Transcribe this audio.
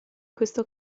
questo